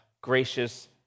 gracious